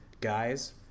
Guys